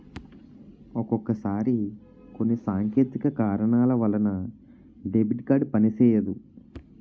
ఒక్కొక్కసారి కొన్ని సాంకేతిక కారణాల వలన డెబిట్ కార్డు పనిసెయ్యదు